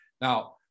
Now